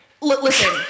listen